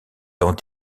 dans